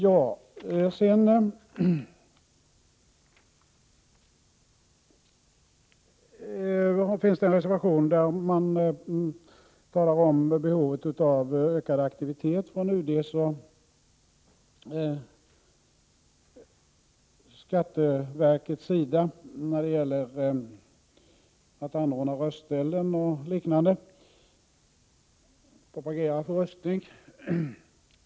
I en reservation talar man om behovet av en ökad aktivitet från UD:s och skatteverkets sida när det gäller att anordna röstställen och propagera för röstning.